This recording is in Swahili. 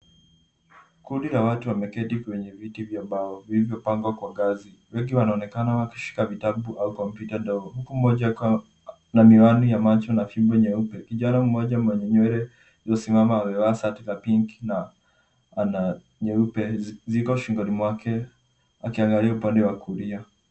Kundi la watu wameketi kwenye viti vya mbao vilivyopangwa kwa ngazi. Wengi wanaonekana wakishika vitabu au kompyuta ndogohuku mmoja akiwa na miwani ya macho na fimbo nyeupe. Kijana mmoja mwenye nywele iliyo simama amevaa shati la pink na ana nyeupe ziko shingoni mwake akiangalia upande wa kulia.